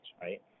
right